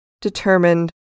determined